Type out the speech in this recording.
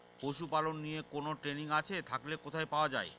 পশুপালন নিয়ে কোন ট্রেনিং আছে থাকলে কোথায় পাওয়া য়ায়?